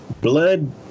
blood